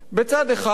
בצד אחד,